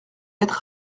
être